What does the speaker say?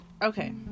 Okay